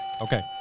Okay